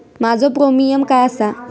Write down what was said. माझो प्रीमियम काय आसा?